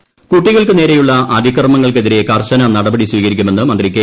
ശൈലജ കുട്ടികൾക്ക് നേരെയുള്ള അതിക്രമങ്ങൾക്കെതിരെ കർശന നടപടി സ്വീകരിക്കുമെന്ന് മന്ത്രി കെ